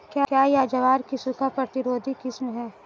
क्या यह ज्वार की सूखा प्रतिरोधी किस्म है?